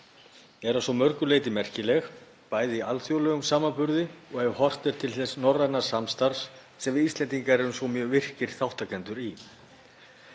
að svo mörgu leyti merkileg, bæði í alþjóðlegum samanburði og ef horft er til þess norræna samstarfs sem við Íslendingar erum svo mjög virkir þátttakendur í.